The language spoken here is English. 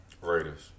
Raiders